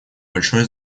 большое